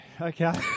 Okay